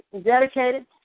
dedicated